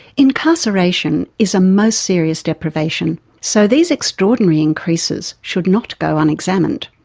incarceration is a most serious deprivation so these extraordinary increases should not go unexamined.